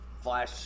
flash